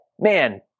man